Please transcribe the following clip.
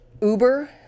Uber